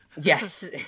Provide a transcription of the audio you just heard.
Yes